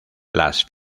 las